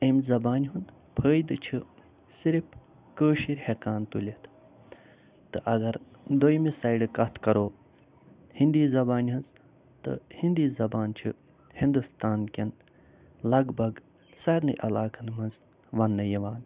اَمہِ زبانہِ ہُنٛد فٲیدٕ چھُ صِرف کٲشِرۍ ہٮ۪کان تُلِتھ تہٕ اگر دوٚیمہِ سایڈٕ کتھ کَرو ہیندی زبانہِ ہٕنٛز تہٕ ہیندی زبان چھِ ہندوستان کٮ۪ن لگ بگ سارِنٕے علاقن منٛز وننہٕ یِوان